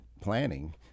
planning